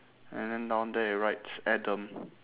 and then down there it writes adam